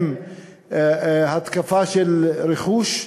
עם התקפה של רכוש,